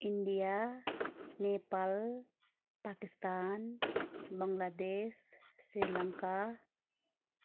India Nepal Pakistan Bangladesh Sri Lanka